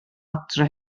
adre